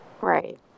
right